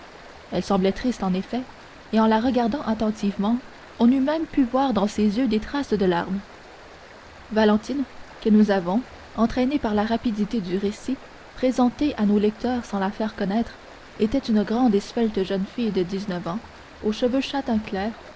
elle semblait triste en effet et en la regardant attentivement on eût même pu voir dans ses yeux des traces de larmes valentine que nous avons entraîné par la rapidité du récit présentée à nos lecteurs sans la faire connaître était une grande et svelte jeune fille de dix-neuf ans aux cheveux châtain clair